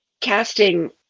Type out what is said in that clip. casting